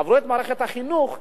עברו את מערכת החינוך,